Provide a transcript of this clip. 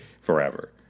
forever